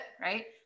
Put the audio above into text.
right